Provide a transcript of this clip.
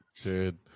dude